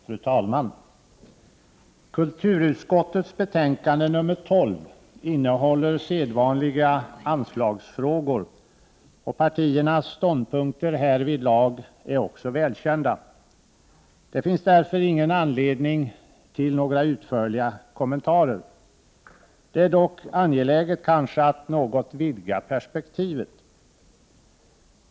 Fru talman! Kulturutskottets betänkande nr 12 innehåller sedvanliga anslagsfrågor, och partiernas ståndpunkter härvidlag är också välkända. Det finns därför ingen anledning till utförliga kommentarer. Det är dock angeläget att något vidga perspektivet.